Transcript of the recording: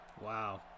Wow